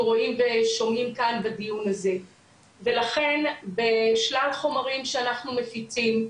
רואים ושומעים כאן בדיון הזה ולכן שלל חומרים שאנחנו מפיצים,